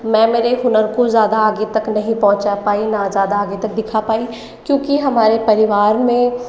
मैं मेरे हुनर को ज़्यादा आगे तक नहीं पहुँचा पाई न ज़्यादा आगे तक दिखा पाई क्योंकि हमारे परिवार में